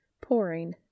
pouring